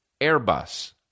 Airbus